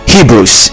Hebrews